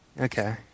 Okay